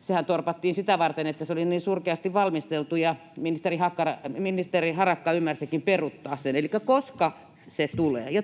Sehän torpattiin sitä varten, että se oli niin surkeasti valmisteltu, ja ministeri Harakka ymmärsikin peruuttaa sen. Elikkä koska se tulee? Ja